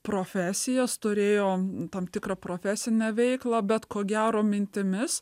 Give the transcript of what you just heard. profesijas turėjo tam tikrą profesinę veiklą bet ko gero mintimis